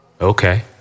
Okay